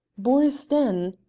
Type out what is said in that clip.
boar's den?